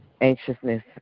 anxiousness